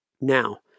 Now